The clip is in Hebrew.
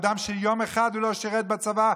אדם שיום אחד לא שירת בצבא,